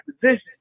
position